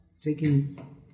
Taking